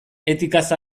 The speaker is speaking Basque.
etikaz